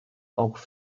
auch